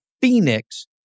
Phoenix